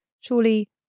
Surely